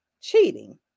cheating